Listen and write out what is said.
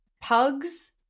pugs